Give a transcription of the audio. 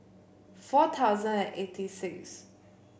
four thousand and eighty sixth